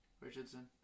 Richardson